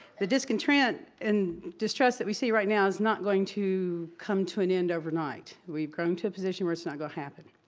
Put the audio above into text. the discontent and distress that we see right now is not going to come to an end overnight. we've grown to a position where it's not gonna happen.